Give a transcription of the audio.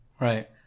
Right